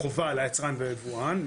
חובה על היצרן והיבואן.